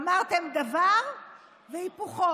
אמרתם דבר והיפוכו,